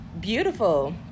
beautiful